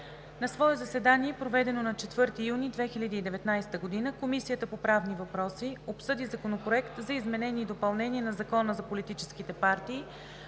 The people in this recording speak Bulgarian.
На свое заседание, проведено на 4 юни 2019 г., Комисията по правни въпроси обсъди Законопроект за изменение и допълнение на Закона за политическите партии,